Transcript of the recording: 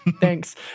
thanks